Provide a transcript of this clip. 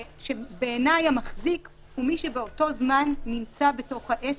בעיניי המחזיק הוא מי שבאותו זמן נמצא בתוך העסק.